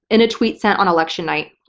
in a tweet sent on election night.